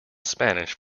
spanish